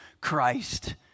Christ